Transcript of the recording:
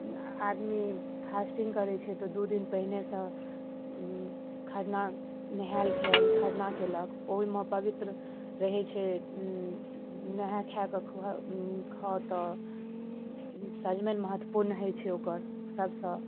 आदमी फास्टिंग करै छै तऽ दू दिन पहिने सँ नहाय खाय खरना केलक ओहिमे पवित्र रहै छै नहाय खायके खाव तऽ सजमनि महत्वपूर्ण होइ छै ओकर सबसँ